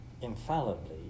infallibly